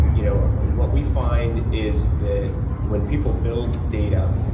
you know what we find is that when people build data,